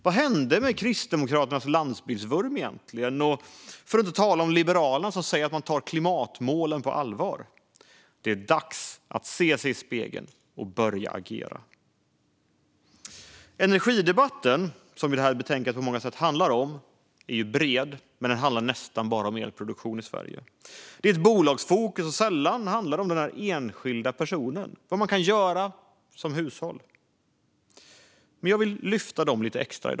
Vad hände med Kristdemokraterna landsbygdsvurm och med Liberalerna som säger sig ta klimatmålen på allvar? Det är dags att se sig i spegeln och börja agera. Energidebatten, som dagens betänkande på många sätt handlar om, är bred men handlar nästan bara om elproduktion i Sverige. I fokus står bolagen, sällan vad enskilda hushåll kan göra. Men jag vill lyfta fram dem lite extra.